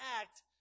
act